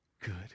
good